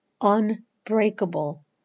unbreakable